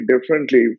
differently